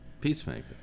peacemaker